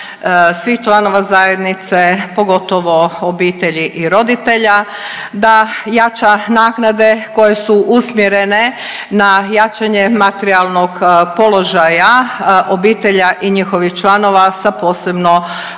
svih članova zajednice, pogotovo obitelji i roditelja, da jača naknade koje su usmjerene na jačanje materijalnog položaja obitelji i njihovih članova sa posebno